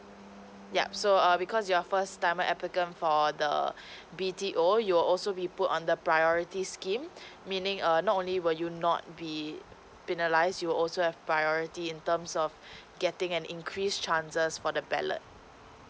yup so err because you're first timer applicant for the B_T_O you will also be put on the priorities scheme meaning err not only were you not be penalised you also have priority in terms of getting an increase chances for the ballot